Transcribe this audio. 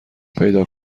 پیدا